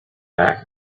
back